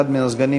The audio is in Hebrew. אחד הסגנים,